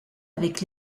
avec